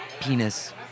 penis